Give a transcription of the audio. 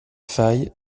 faille